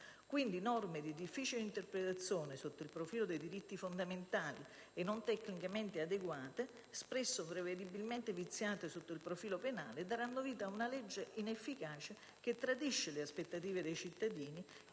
diritto. Norme di difficile interpretazione sotto il profilo dei diritti fondamentali e non tecnicamente adeguate, spesso prevedibilmente viziate sotto il profilo penale, daranno vita perciò ad una legge assolutamente inefficace, che tradisce le aspettative dei cittadini